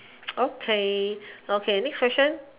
okay okay next question